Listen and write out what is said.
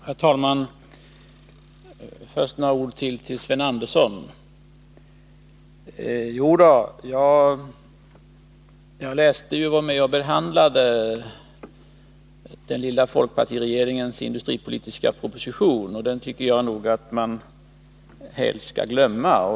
Herr talman! Först ytterligare några ord till Sven Andersson. Jo, jag läste ju och var med om att behandla den lilla folkpartiregeringens industripolitiska proposition, och den tycker jag nog att vi helst skall glömma.